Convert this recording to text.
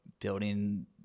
building